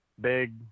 big